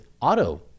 auto